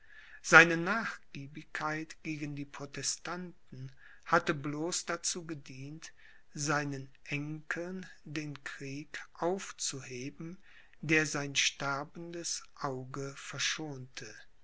seine nachgiebigkeit gegen die protestanten hatte bloß dazu gedient seinen enkeln den krieg aufzuheben der sein sterbendes auge verschonte